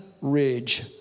Ridge